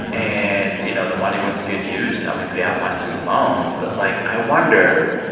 yeah and, you know, the money went to good use. it helped me pay off my student loans. but, like, i wonder,